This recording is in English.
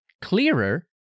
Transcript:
clearer